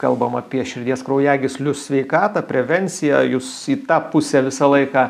kalbam apie širdies kraujagyslių sveikatą prevenciją jūs į tą pusę visą laiką